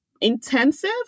intensive